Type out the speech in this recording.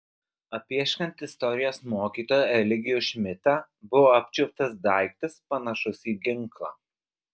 apieškant istorijos mokytoją eligijų šmidtą buvo apčiuoptas daiktas panašus į ginklą